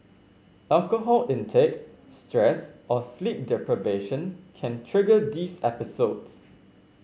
alcohol intake stress or sleep deprivation can trigger these episodes